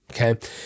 Okay